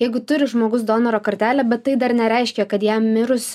jeigu turi žmogus donoro kortelę bet tai dar nereiškia kad jam mirus